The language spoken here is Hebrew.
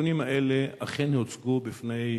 הנתונים האלה אכן הוצגו בפני השר.